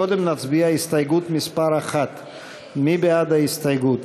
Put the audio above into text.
קודם נצביע על הסתייגות מס' 1. מי בעד ההסתייגות?